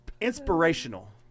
inspirational